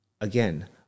again